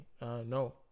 no